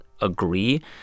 agree